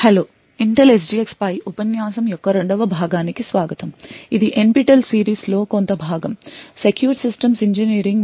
hello Intel SGX పై ఉపన్యాసం యొక్క రెండవ భాగానికి స్వాగతం ఇది NPTEL సిరీస్ లో కొంత భాగం సెక్యూర్ సిస్టమ్స్ ఇంజనీరింగ్